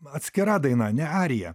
atskira daina ne arija